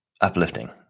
uplifting